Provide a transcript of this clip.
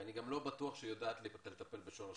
ואני גם לא בטוח שהיא יודעת לטפל בשורש